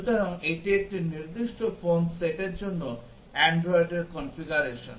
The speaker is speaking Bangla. সুতরাং এটি একটি নির্দিষ্ট ফোন সেটের জন্য অ্যান্ড্রয়েডের কনফিগারেশন